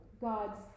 God's